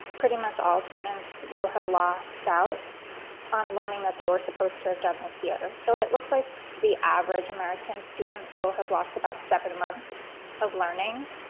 pretty much all students will have lost out on learning that they were supposed to have done this year. so it looks like the average american student will have lost about seven months of learning,